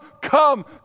come